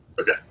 Okay